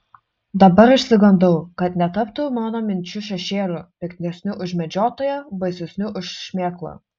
dabar išsigandau kad netaptų mano minčių šešėliu piktesniu už medžiotoją baisesniu už šmėklą